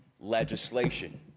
legislation